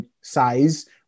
size